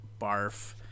barf